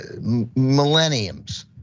millenniums